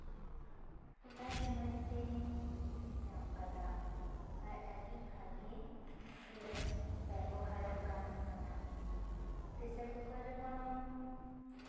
ᱚᱱᱟ ᱥᱚᱢᱚᱭ ᱛᱮᱦᱮᱧ ᱧᱟᱢ ᱠᱟᱫᱟ ᱟᱨ ᱟᱹᱰᱤ ᱵᱷᱟᱜᱮ ᱜᱮ ᱵᱮᱵᱚᱦᱟᱨᱚᱜ ᱜᱟᱱᱚᱜ ᱠᱟᱱᱟ ᱯᱨᱮᱥᱟᱨ ᱠᱩᱠᱟᱨ ᱨᱮ ᱠᱳᱱᱳ